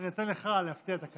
אני אתן לך להפתיע את הקהל.